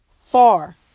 far